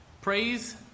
Praise